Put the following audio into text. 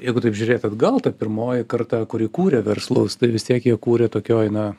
jeigu taip žiūrėt atgal ta pirmoji karta kuri kūrė verslus tai vis tiek jie kūrė tokioj na